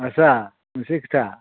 आच्चा मोनसे खोथा